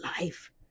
life